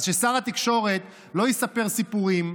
אז ששר התקשורת לא יספר סיפורים,